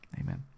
amen